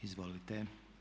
Izvolite.